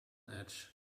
edge